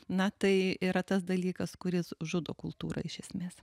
na tai yra tas dalykas kuris žudo kultūrą iš esmės